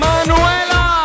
Manuela